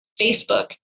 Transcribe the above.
Facebook